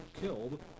killed